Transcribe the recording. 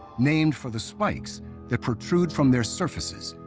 named for the spikes that protrude from their surfaces,